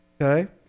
Okay